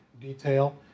detail